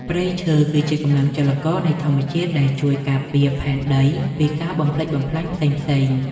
ព្រៃឈើ គឺជាកម្លាំងចលករនៃធម្មជាតិដែលជួយការពារផែនដីពីការបំផ្លិចបំផ្លាញផ្សេងៗ។